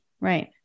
Right